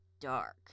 dark